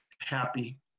happy